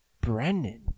Brendan